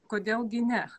kodėl gi ne